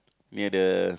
near the